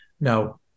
no